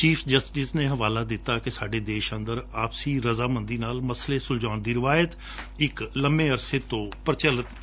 chief justice ਨੇ ਹਵਾਲਾ ਦਿੱਤਾ ਕਿ ਸਾਡੇ ਦੇਸ਼ ਅੰਦਰ ਆਪਸੀ ਰਜਾਮੰਦੀ ਨਾਲ ਮਸਲੇ ਸੁਲਝਾਉਣ ਦੀ ਰਿਵਾਇਤ ਇਕ ਲੰਮੇ ਅਰਸੇ ਤੋ ਪਰਚਲਤ ਹੈ